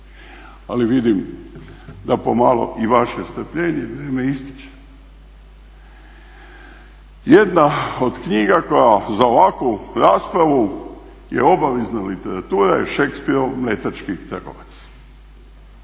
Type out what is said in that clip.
Ali vidim da pomalo i vaše strpljenje i vrijeme ističe. Jedna od knjiga koja za ovakvu raspravu je obavezana literatura je Shakespearov Mletački trgovac.